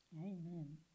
Amen